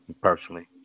Personally